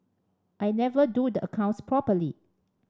I never do the accounts properly